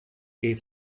gave